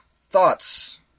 Thoughts